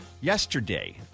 yesterday